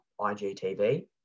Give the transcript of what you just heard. IGTV